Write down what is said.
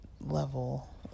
Level